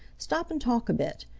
stop and talk a bit.